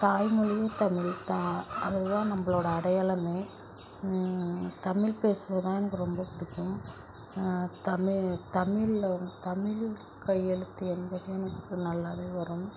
தாய்மொழியே தமிழ் தான் அது தான் நம்மளோட அடையாளமே தமிழ் பேசுகிறது தான் எனக்கு ரொம்ப பிடிக்கும் தமி தமிழில் வந்து தமிழ் கையெழுத்து என்பது எனக்கு நல்லாவே வரும்